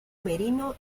merino